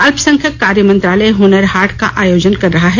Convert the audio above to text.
अल्पसंख्यक कार्य मंत्रालय हनर हाट का आयोजन कर रहा है